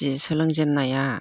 जि सोलोंजेननाया